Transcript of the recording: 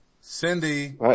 Cindy